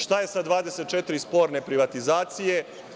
Šta je sa 24 sporne privatizacije?